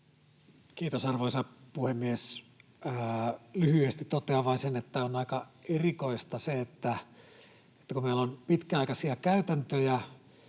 Kiitos, arvoisa puhemies! Lyhyesti totean vain sen, että on aika erikoista, että kun meillä on pitkäaikaisia käytäntöjä